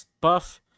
buff